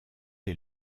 est